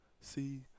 see